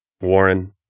Warren